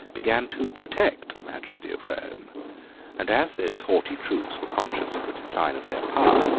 began to protect, the majesty of rome and as those haughty troops were conscious of the decline of their power,